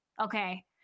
Okay